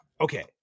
okay